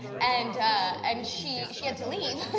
and and she she had to leave.